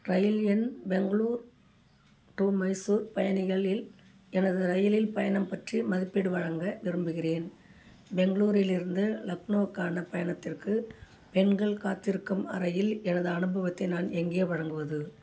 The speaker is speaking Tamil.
ரயில் எண் பெங்களூர் டு மைசூர் பயணிகளில் எனது ரயிலில் பயணம் பற்றி மதிப்பீடு வழங்க விரும்புகின்றேன் பெங்களூரிலிருந்து லக்னோக்கான பயணத்திற்கு பெண்கள் காத்திருக்கும் அறையில் எனது அனுபவத்தை நான் எங்கே வழங்குவது